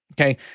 okay